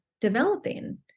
developing